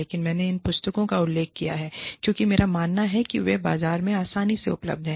लेकिन मैंने इन पुस्तकों का उल्लेख किया है क्योंकि मेरा मानना है कि वे बाजार में आसानी से उपलब्ध हैं